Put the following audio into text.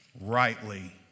rightly